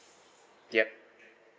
yup